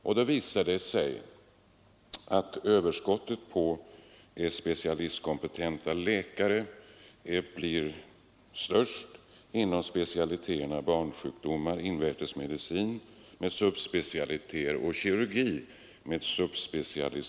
Och den visar att överskottet på specialistkompetenta läkare blir störst inom specialiteterna barnsjukdomar och invärtes medicin med subspecialiteterna kirurgi och gynekologi.